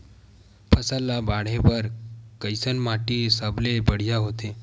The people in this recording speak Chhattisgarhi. फसल ला बाढ़े बर कैसन माटी सबले बढ़िया होथे?